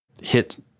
hit